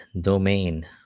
domain